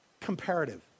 comparative